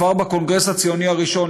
כבר בקונגרס הציוני הראשון,